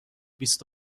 بیست